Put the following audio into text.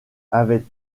avait